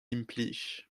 implij